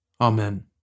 Amen